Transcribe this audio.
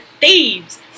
thieves